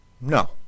No